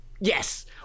Yes